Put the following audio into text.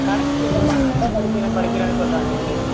கடைக்கு போய்விட்டு வாடான்னா கூட படிக்கிறேன் படிக்கிறேன்ன்னு சொல்கிறான் டீச்சர்